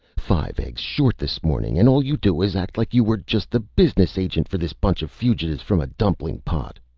five eggs short this morning and all you do is act like you were just the business agent for this bunch of fugitives from a dumpling pot.